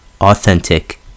Authentic